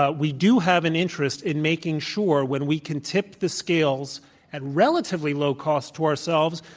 ah we do have an interest in making sure when we can tip the scales at relatively low cost to ourselves,